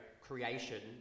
creation